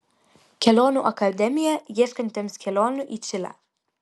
kelionių akademija ieškantiems kelionių į čilę